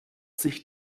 sich